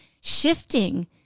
shifting